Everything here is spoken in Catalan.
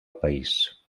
país